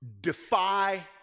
defy